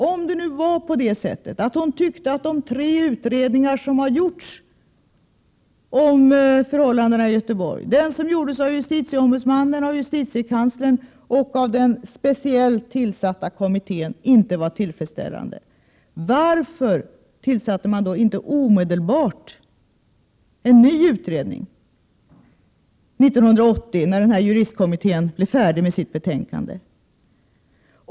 Om man nu tyckte att de tre utredningar som har gjorts om förhållandena i Göteborg — den av justitieombudsmannen, den av justitiekanslern och den av den speciellt tillsatta kommittén — inte var tillfredsställande, varför tillsatte man inte omedelbart en ny utredning, när juristkommittén år 1980 blev färdig med sitt betänkande?